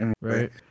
right